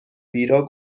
بیراه